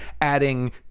adding